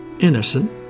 Innocent